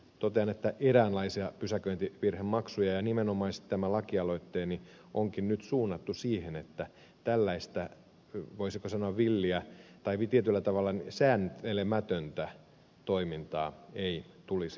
totean että eräänlaisia pysäköintivirhemaksuja ja nimenomaisesti tämä lakialoitteeni onkin nyt suunnattu siihen että tällaista voisiko sanoa villiä tai tietyllä tavalla sääntelemätöntä toimintaa ei tulisi olla